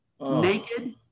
naked